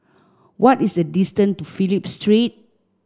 what is the distance to Phillip Street